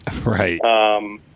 right